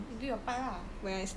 you do your part lah